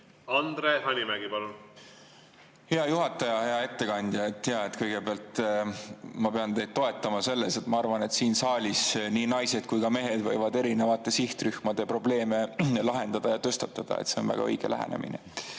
Andre Hanimägi, palun! Hea juhataja! Hea ettekandja! Kõigepealt ma pean teid toetama selles, ma arvan, et siin saalis nii naised kui ka mehed võivad eri sihtrühmade probleeme lahendada ja tõstatada – see on väga õige lähenemine.